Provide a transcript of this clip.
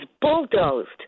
bulldozed